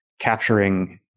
capturing